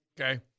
Okay